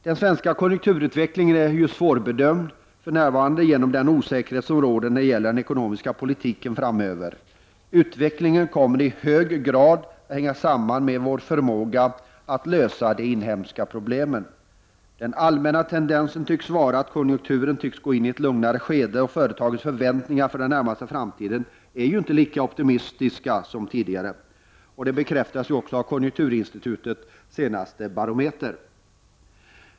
Den svenska konjunkturutvecklingen är svårbedömd för närvarande på grund av den osäkerhet som råder om den ekonomiska politiken framöver. Utvecklingen kommer i hög grad att hänga samman med vår förmåga att lösa de inhemska problemen. Den allmänna tendensen tycks vara att konjunkturen går in i ett lugnare skede, och företagens förväntningar för den närmaste framtiden är inte lika optimistiska som tidigare. Detta bekräftas också i konjunkturinstitutets senaste barometer.